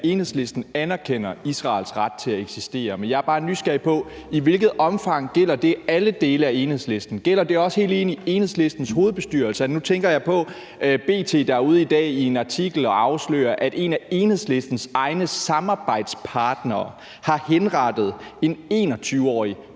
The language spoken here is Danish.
Enhedslisten anerkender Israels ret til at eksistere. Men jeg er bare nysgerrig på: I hvilket omfang gælder det alle dele af Enhedslisten? Gælder det også helt ind i Enhedslistens hovedbestyrelse? Nu tænker jeg på, at B.T. i en artikel i dag er ude at afsløre, at en af Enhedslistens egne samarbejdspartnere har henrettet en 21-årig